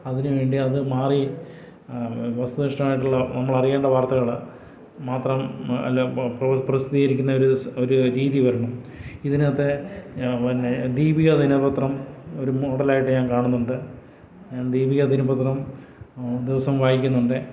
അതിനു വേണ്ടി അതു മാറി വസ്തുനിഷ്ഠമായിട്ടുള്ള നമ്മളറിയേണ്ട വാർത്തകൾ മാത്രം പ്രസിദ്ധീകരിക്കുന്ന ഒരു ഒരു രീതിയിൽ വരണം ഇതിനകത്തെ പിന്നെ ദീപിക ദിനപത്രം ഒരു മോഡലായിട്ട് ഞാൻ കാണുന്നുണ്ട് ദീപിക ദിനപത്രം ദിവസം വായിക്കുന്നുണ്ട്